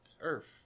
Earth